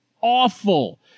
Awful